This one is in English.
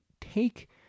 take